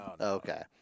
Okay